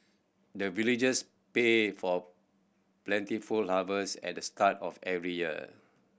the villagers pray for plentiful harvest at the start of every year